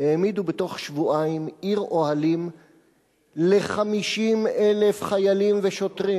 העמידו בתוך שבועיים עיר אוהלים ל-50,000 חיילים ושוטרים,